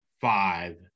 five